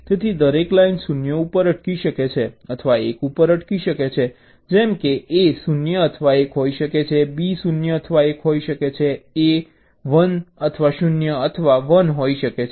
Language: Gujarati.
તેથી દરેક લાઇન 0 ઉપર અટકી શકે છે અથવા 1 ઉપર અટકી શકે છે જેમ કે A 0 અથવા 1 હોઈ શકે છે B 0 અથવા 1 હોઈ શકે છે A1 0 અથવા 1 હોઈ શકે છે